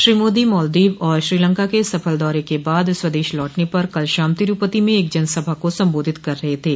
श्री मोदी मालदीव और श्रीलंका के सफल दौरे के बाद स्वदेश लौटने पर कल शाम तिरूपति में एक जनसभा को संबोधित कर रहे थे